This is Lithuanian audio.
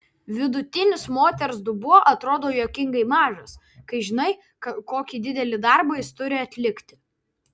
vidutinis moters dubuo atrodo juokingai mažas kai žinai kokį didelį darbą jis turi atlikti